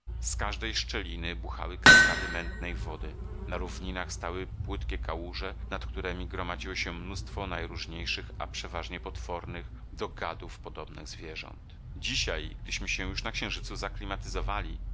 z każdej szczeliny buchały kaskady mętnej wody na równinach stały płytkie kałuże nad któremi gromadziło się mnóstwo najróżniejszych a przeważnie potwornych do gadów podobnych zwierząt dzisiaj gdyśmy się już na księżycu zaaklimatyzowali wiemy że